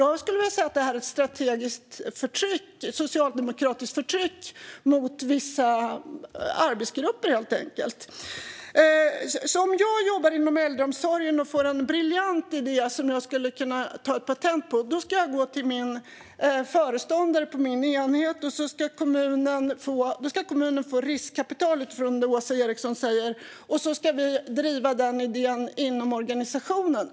Jag skulle vilja säga att det är ett strategiskt socialdemokratiskt förtryck mot vissa arbetsgrupper. Om jag jobbar inom äldreomsorgen och får en briljant idé som jag skulle kunna ta patent på ska jag gå till föreståndaren på min enhet. Då ska kommunen få riskkapital enligt vad Åsa Eriksson säger. Sedan ska vi driva den idén inom organisationen.